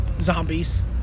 Zombies